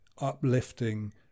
uplifting